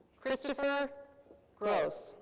christopher gross.